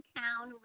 town